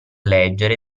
leggere